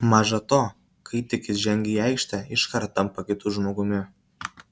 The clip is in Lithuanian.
maža to kai tik jis žengia į aikštę iškart tampa kitu žmogumi